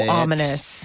ominous